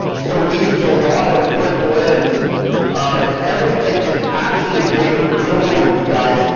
so we use a lot of wood blends and everything is actually made of real wood you guys,